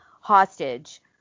hostage